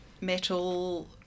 metal